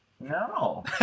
no